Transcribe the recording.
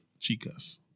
Chicas